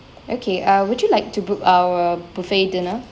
okay uh would you like to book our buffet dinner